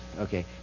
Okay